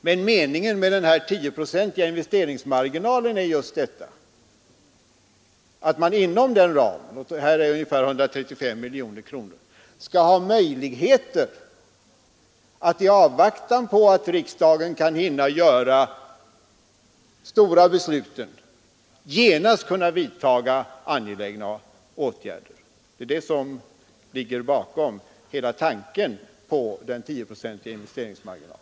Men meningen med den 10-procentiga investeringsmarginalen är just att man inom den ramen — här gäller det ungefär 135 miljoner kronor — skall ha möjlighet att i avvaktan på att riksdagen hinner fatta de stora besluten genast vidta angelägna åtgärder. Det är detta som ligger bakom hela tanken på den 10-procentiga investeringsmarginalen.